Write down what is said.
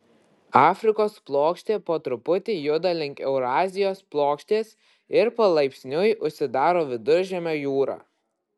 afrikos plokštė po truputį juda link eurazijos plokštės ir palaipsniui užsidaro viduržemio jūra